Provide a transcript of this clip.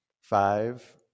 five